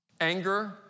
Anger